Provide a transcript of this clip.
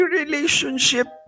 relationship